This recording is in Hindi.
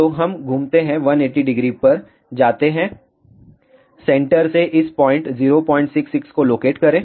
तो हम घूमते हैं 1800 पर जाते हैं सेंटर से इस पॉइंट 066 को लोकेट करें